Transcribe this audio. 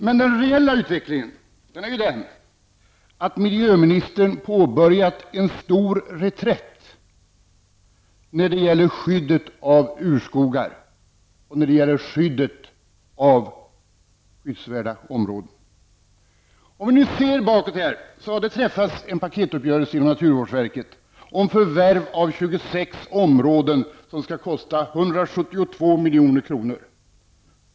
Men den reella utvecklingen är ju den att miljöministern påbörjat en stor reträtt när det gäller skyddet av urskogar och av skyddsvärda områden. Om vi ser tillbaka, finner vi att det har träffats en paketuppgörelse inom naturvårdsverket om förvärv av 26 områden, som skall kosta 172 milj.kr.